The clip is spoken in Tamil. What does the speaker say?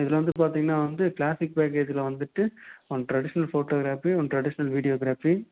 இதில் வந்து பார்த்தீங்கனா வந்து க்ளாசிக் பேக்கேஜியில் வந்துட்டு one traditional photography one traditional videography